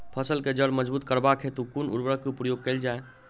फसल केँ जड़ मजबूत करबाक हेतु कुन उर्वरक केँ प्रयोग कैल जाय?